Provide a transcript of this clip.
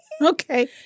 Okay